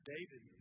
David